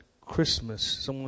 Christmas